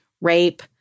rape